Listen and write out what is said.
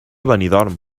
benidorm